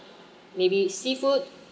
maybe seafood